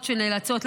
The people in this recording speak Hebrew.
חבר הכנסת קריב,